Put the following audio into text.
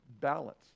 balance